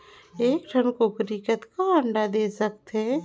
एक ठन कूकरी कतका अंडा दे सकथे?